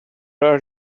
are